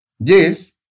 Yes